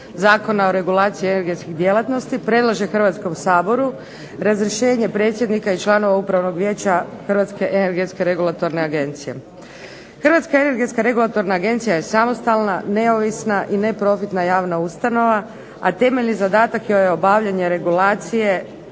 Zakona o regulaciji energetskih djelatnosti predlaže Hrvatskom saboru razrješenje predsjednika i članova Upravnog vijeća Hrvatske energetske regulatorne agencije. Hrvatska energetska regulatorna agencija je samostalna neovisna i neprofitna javna ustanova, a temeljni zadatak joj je obavljanje regulacije